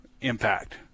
impact